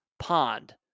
Pond